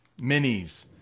Minis